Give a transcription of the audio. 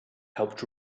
helped